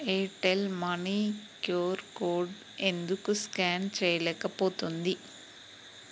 Airtel money QR code ఎందుకు scan చేయలేకపోతుంది